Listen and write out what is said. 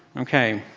ok,